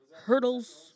hurdles